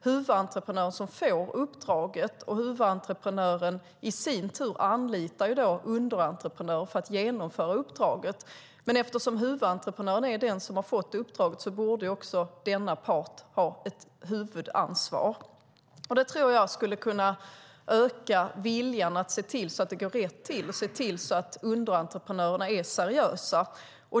Huvudentreprenören får uppdraget, och huvudentreprenören anlitar i sin tur underentreprenörer för att genomföra uppdraget. Men eftersom huvudentreprenören är den som har fått uppdraget borde också denna part ha ett huvudansvar. Det skulle öka viljan att se till att det går rätt till och att se till att underentreprenörerna är seriösa.